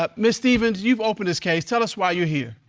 ah miss stephens, you've opened this case. tell us why you're here.